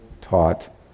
taught